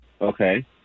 Okay